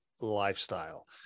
lifestyle